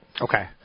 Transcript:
Okay